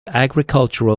agricultural